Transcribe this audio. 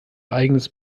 eigenes